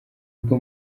bwo